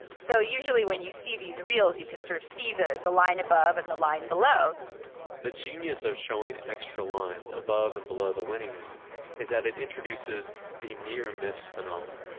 so usually when you see these reels, you can sort of see the the line above and the line below the genius of showing extra lines above and below the winning is that it introduces the nearness phenomenon.